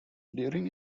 during